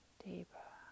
deeper